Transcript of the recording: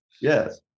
Yes